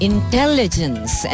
Intelligence